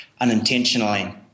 unintentionally